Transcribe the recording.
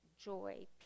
joy